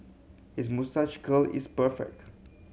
his moustache curl is perfect